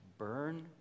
burn